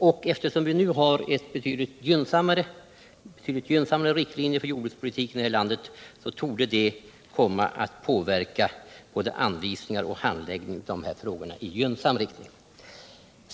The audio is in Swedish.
Och eftersom vi nu har betydligt gynnsammuare riktlinjer för jordbrukspolitiken torde det komma att påverka både anvisningar och handläggning av de här frågorna i gynnsam riktning.